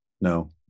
No